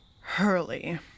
Hurley